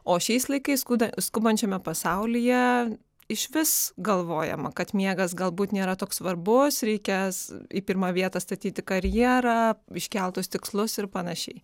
o šiais laikais skubančiame pasaulyje išvis galvojama kad miegas galbūt nėra toks svarbus reikės į pirmą vietą statyti karjerą iškeltus tikslus ir panašiai